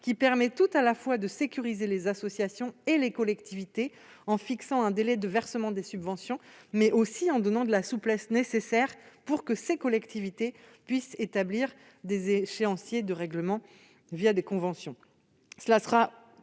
qui permet à la fois de sécuriser les associations et les collectivités en fixant un délai de versement des subventions, et d'introduire la souplesse nécessaire pour que ces collectivités puissent établir des échéanciers de règlement, des conventions.